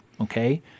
okay